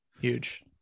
huge